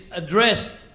addressed